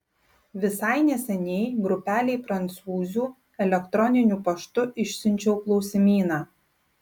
visai neseniai grupelei prancūzių elektroniniu paštu išsiunčiau klausimyną